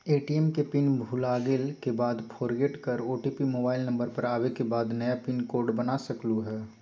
ATM के pin भुलागेल के बाद फोरगेट कर ओ.टी.पी मोबाइल नंबर पर आवे के बाद नया पिन कोड बना सकलहु ह?